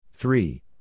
Three